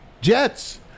Jets